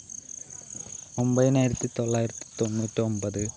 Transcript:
ഒൻപതിനായിരത്തി തൊള്ളായിരത്തി തൊണ്ണൂറ്റൊൻപത്